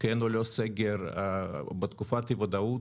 כן או לא סגר, בתקופת אי-ודאות,